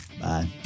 Bye